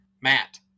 Matt